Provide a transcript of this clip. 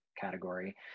category